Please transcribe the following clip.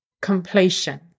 completion